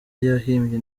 yahimbye